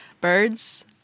Birds